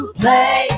play